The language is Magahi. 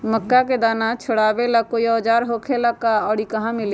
मक्का के दाना छोराबेला कोई औजार होखेला का और इ कहा मिली?